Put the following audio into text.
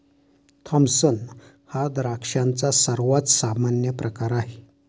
Thompson हा द्राक्षांचा सर्वात सामान्य प्रकार आहे